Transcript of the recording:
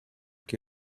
que